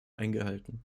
eingehalten